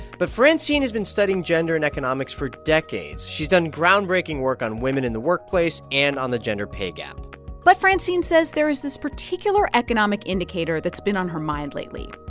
but francine has been studying gender and economics for decades. done groundbreaking work on women in the workplace and on the gender pay gap but francine says there is this particular economic indicator that's been on her mind lately.